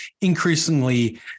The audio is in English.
increasingly